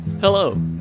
Hello